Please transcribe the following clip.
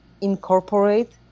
incorporate